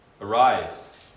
Arise